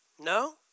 No